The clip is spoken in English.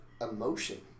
emotion